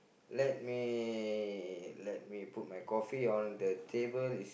let me let me put my coffee on the table